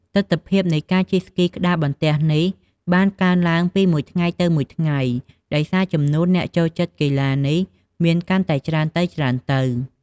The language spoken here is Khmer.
ទិដ្ឋភាពនៃការជិះស្គីក្ដារបន្ទះនេះបានកើនឡើងពីមួយថ្ងៃទៅមួយថ្ងៃ ដោយសារចំនួនអ្នកចូលចិត្តកីឡានេះមានកាន់តែច្រើនទៅៗ។